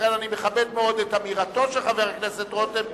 לכן, אני מכבד מאוד את אמירתו של חבר הכנסת רותם.